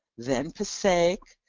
then passaic,